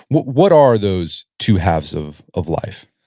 what what are those two halves of of life?